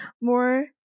more